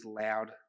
loud